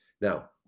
Now